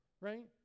right